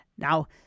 Now